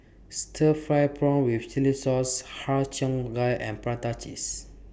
Stir Fried Prawn with Chili Sauce Har Cheong Gai and Prata Cheese